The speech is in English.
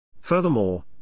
Furthermore